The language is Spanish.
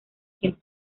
quien